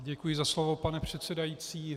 Děkuji za slovo, pane předsedající.